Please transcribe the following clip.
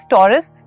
Taurus